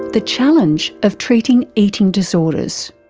the challenge of treating eating disorders.